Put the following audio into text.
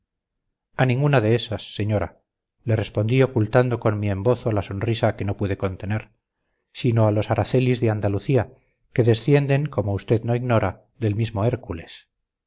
a ninguna de esas señora le respondí ocultando con mi embozo la sonrisa que no pude contener sino a los aracelis de andalucía que descienden como usted no ignora del mismo hércules